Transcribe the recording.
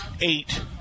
eight